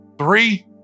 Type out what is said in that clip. Three